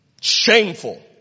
shameful